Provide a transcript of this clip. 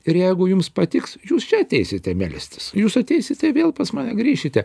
ir jeigu jums patiks jūs čia ateisite melstis jūs ateisite vėl pas mane grįšite